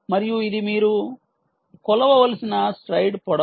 మరియు ఇది మీరు కొలవవలసిన స్ట్రైడ్ పొడవు